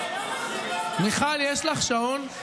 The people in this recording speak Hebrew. יש לי שעון.